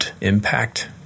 Impact